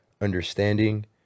understanding